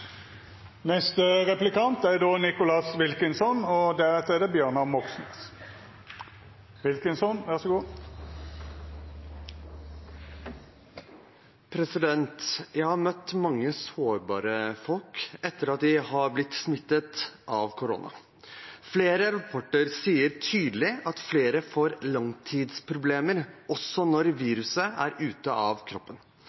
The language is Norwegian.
det som ble utsatt i 2020. Jeg har møtt mange sårbare folk etter at de har blitt smittet av korona. Flere rapporter sier tydelig at flere får langtidsproblemer også når